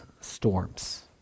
storms